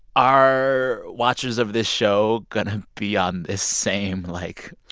are watchers of this show going to be on this same, like,